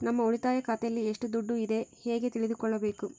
ನಮ್ಮ ಉಳಿತಾಯ ಖಾತೆಯಲ್ಲಿ ಎಷ್ಟು ದುಡ್ಡು ಇದೆ ಹೇಗೆ ತಿಳಿದುಕೊಳ್ಳಬೇಕು?